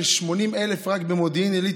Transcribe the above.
כ-80,000 רק במודיעין עילית,